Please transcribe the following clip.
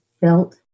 felt